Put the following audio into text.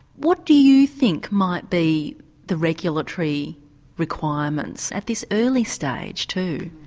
what do you think might be the regulatory requirements at this early stage too,